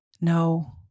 No